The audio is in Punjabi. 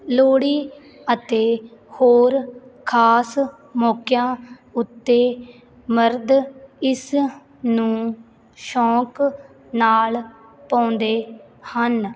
ਲੋਹੜੀ ਅਤੇ ਹੋਰ ਖਾਸ ਮੌਕਿਆਂ ਉੱਤੇ ਮਰਦ ਇਸ ਨੂੰ ਸ਼ੌਂਕ ਨਾਲ ਪਾਉਂਦੇ ਹਨ